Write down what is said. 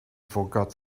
forgot